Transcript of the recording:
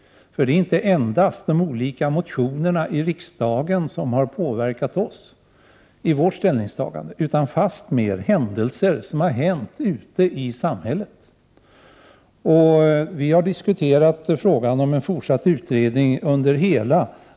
Det är inte endast de olika motionerna i riksdagen som har påverkat oss i vårt ställningstagande, utan fast mer händelser som har skett ute i samhället. Under hela det föregående året diskuterade vi frågan om en fortsatt utredning.